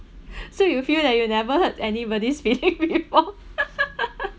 so you feel that you never hurt anybody's feeling before